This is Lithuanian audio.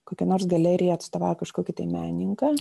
kokia nors galerija atstovavo kažkokį menininką